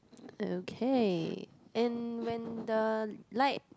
okay and when the light